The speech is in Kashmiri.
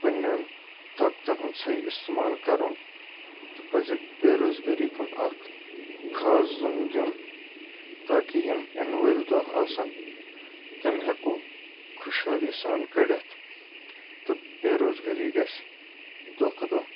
پنٕٛنین طاقتَن ہُنٛد صحیع استعمال کَرُن تہٕ پَزکھ بے روزگٲری کُن اَکھ خاص زوٚن دیُن تاکہِ یِم اِنہٕ وٲلۍ دۄہ آسَن تِم ہیکو خُشحٲلی سان کٔڑِتھ تہٕ بے روزگٲری گَژھِ دۄہ کھۄتہٕ دۄہ